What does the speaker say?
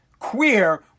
Queer